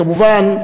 כמובן,